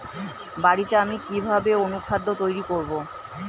বাড়িতে আমি কিভাবে অনুখাদ্য তৈরি করব?